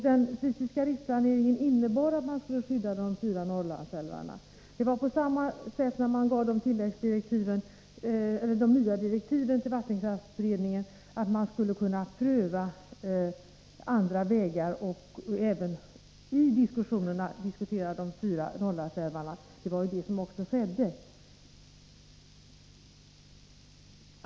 Den fysiska riksplaneringen innebar att man skulle skydda de fyra Norrlandsälvarna. Enligt de nya direktiven till vattenkraftberedningen skulle man pröva andra vägar och även ta de fyra Norrlandsälvarna med i diskussionerna. Det är vad som också skett.